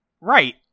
Right